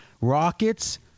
Rockets